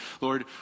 Lord